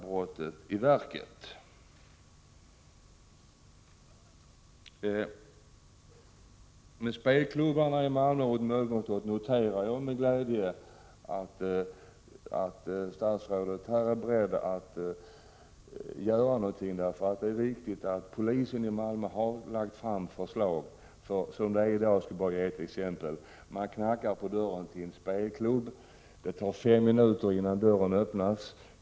Beträffande spelklubbarna i Malmö noterar jag med glädje att statsrådet är beredd att vidta åtgärder. Det är viktigt. Polisen i Malmö har lagt fram förslag på åtgärder. Jag skall bara ge ett exempel på hur det är i dag. Polisen knackar på dörren till en spelklubb. Det tar fem minuter innan dörren öppnas.